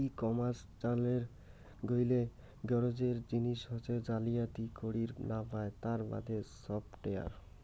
ই commerce চালের গেইলে গরোজের জিনিস হসে জালিয়াতি করির না পায় তার বাদে সফটওয়্যার